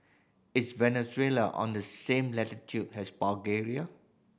is Venezuela on the same latitude as Bulgaria